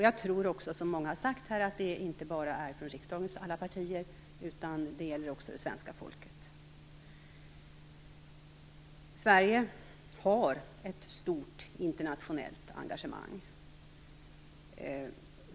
Jag tror, som många har sagt, att det inte bara gäller riksdagens alla partier utan också svenska folket. Sverige har ett stort internationellt engagemang.